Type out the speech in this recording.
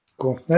Cool